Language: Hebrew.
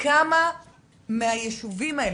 כמה ילדים נגרעו ביישובים האלה,